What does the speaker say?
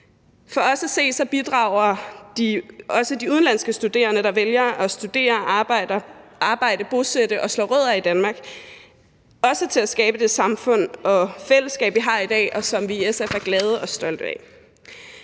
For os at se bidrager også de udenlandske studerende, der vælger at studere, arbejde, bosætte sig og slå rødder i Danmark, til at skabe det samfund og fællesskab, som vi har i dag, og som vi i SF er glade for og stolte af.